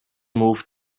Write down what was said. moved